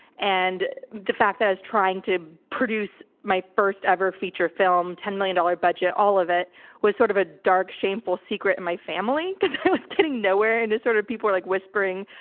and the fact that i was trying to produce my first ever feature film, ten million dollars budget, all of it was sort of a dark, shameful secret in and my family, because it was getting nowhere and just sort of people were like whispering,